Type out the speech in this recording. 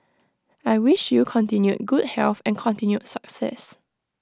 I wish you continued good health and continued success